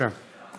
בבקשה.